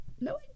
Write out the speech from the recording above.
No